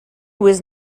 was